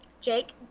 Jake